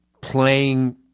playing